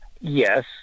Yes